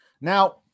Now